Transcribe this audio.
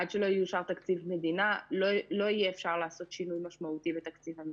עד שלא יאושר תקציב מדינה אי אפשר לעשות שינוי משמעותי בתקציב המשרד.